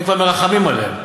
הם כבר מרחמים עליהם,